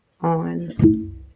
on